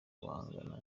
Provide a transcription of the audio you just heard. guhangana